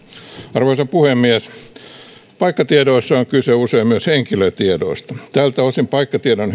arvoisa puhemies paikkatiedoissa on kyse usein myös henkilötiedoista tältä osin paikkatiedon